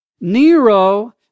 Nero